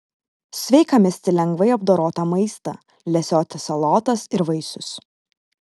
sveika misti lengvai apdorotą maistą lesioti salotas ir vaisius